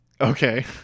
Okay